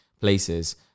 places